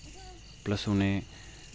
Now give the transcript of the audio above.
plus उ'नें